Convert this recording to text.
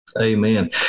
Amen